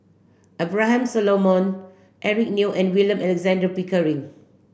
Abraham Solomon Eric Neo and William Alexander Pickering